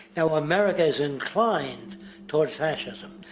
and ah america is inclined towards fascism.